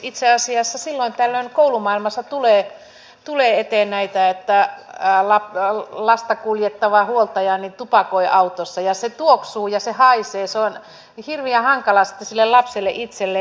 itse asiassa silloin tällöin koulumaailmassa tulee eteen näitä että lasta kuljettava huoltaja tupakoi autossa ja se tuoksuu ja se haisee se on hirveän hankalaa sitten sille lapselle itselleen